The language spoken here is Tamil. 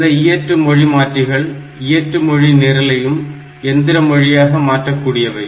இந்த இயற்று மொழிமாற்றிகள் இயற்று மொழி நிரலையும் எந்திர மொழியாக மாற்றக்கூடியவை